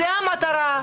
זו המטרה.